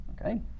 Okay